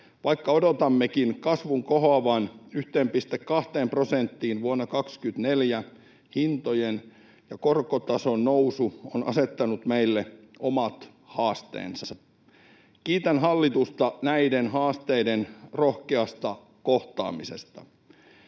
Vaikka odotammekin kasvun kohoavan 1,2 prosenttiin vuonna 24, hintojen ja korkotason nousu on asettanut meille omat haasteensa. Kiitän hallitusta näiden haasteiden rohkeasta kohtaamisesta.